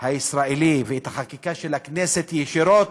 הישראלי ואת החקיקה של הכנסת ישירות